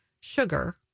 sugar